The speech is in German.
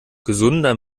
gesunder